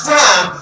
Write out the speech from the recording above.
time